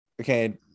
okay